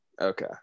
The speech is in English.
Okay